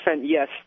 yes